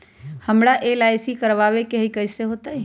हमरा एल.आई.सी करवावे के हई कैसे होतई?